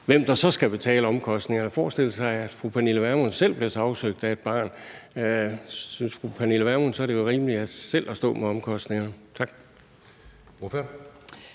hvem der så skal betale omkostningerne? Hvis man forestiller sig, at fru Pernille Vermund selv blev sagsøgt af et barn, synes fru Pernille Vermund så, det var rimeligt selv at stå med omkostningerne? Tak.